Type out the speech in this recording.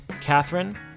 Catherine